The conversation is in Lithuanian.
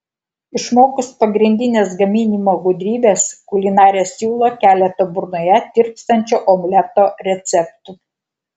išmokus pagrindines gaminimo gudrybes kulinarė siūlo keletą burnoje tirpstančio omleto receptų